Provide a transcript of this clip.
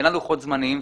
אין לה לוחות זמנים,